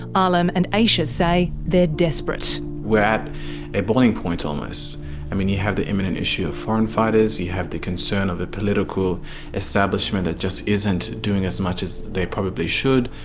alim and aisha say they're desperate. we're at a boiling point almost. you have the imminent issue of foreign fighters, you have the concern of the political establishment that just isn't doing as much as they probably should.